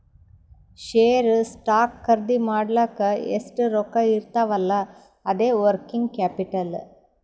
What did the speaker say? share, stock ಖರ್ದಿ ಮಾಡ್ಲಕ್ ಎಷ್ಟ ರೊಕ್ಕಾ ಇರ್ತಾವ್ ಅಲ್ಲಾ ಅದೇ ವರ್ಕಿಂಗ್ ಕ್ಯಾಪಿಟಲ್